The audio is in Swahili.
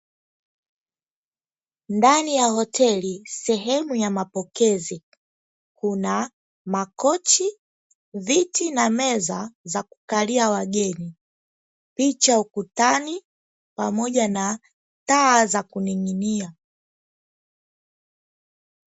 Ndani ya hoteli sehemu ya mapokezi kuna makochi viti na meza za kukalia wageni, picha ukutani pamoja na taa za kuning'nia.